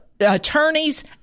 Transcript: Attorneys